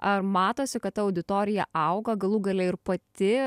ar matosi kad ta auditorija auga galų gale ir pati